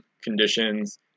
conditions